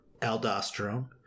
aldosterone